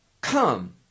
come